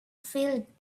filled